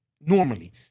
normally